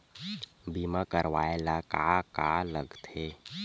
बीमा करवाय ला का का लगथे?